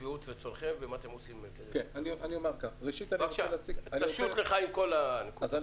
אני אומר ככה: ראוי